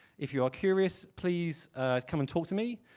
if you are curious please come and talk to me,